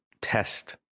test